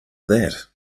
that